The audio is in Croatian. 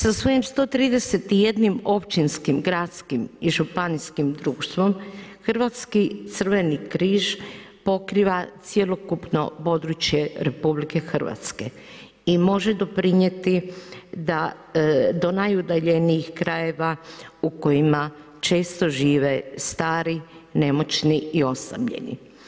Sa svojim 131 općinskim, gradskim i županijskim društvom Hrvatski crveni križ pokriva cjelokupno područje RH i može doprinijeti da, do najudaljenijih krajeva u kojima često žive stari, nemoćni i osamljeni.